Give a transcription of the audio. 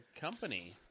company